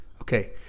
Okay